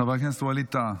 חבר הכנסת ווליד טאהא,